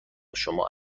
شما